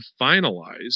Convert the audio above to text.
finalized